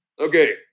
Okay